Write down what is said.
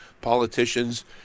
politicians